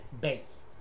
base